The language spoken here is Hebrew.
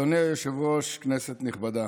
אדוני היושב-ראש, כנסת נכבדה,